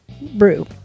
brew